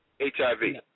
HIV